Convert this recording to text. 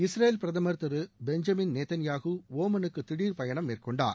Israel பிரதமர் திரு Benjamin Netanyahu ஒமலுக்கு திடர் பயணம் மேற்கொண்டார்